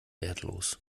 wertlos